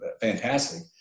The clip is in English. fantastic